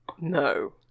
No